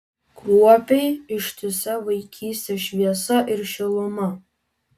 kruopiai ištisa vaikystės šviesa ir šiluma